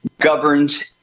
governs